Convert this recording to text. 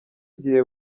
igihe